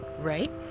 right